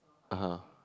(uh huh)